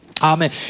Amen